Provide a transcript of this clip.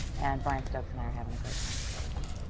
and brian stokes and i are having a great time together, too.